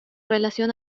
relación